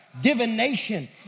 divination